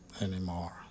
anymore